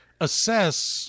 assess